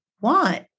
want